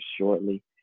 shortly